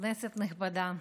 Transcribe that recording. כנסת נכבדה,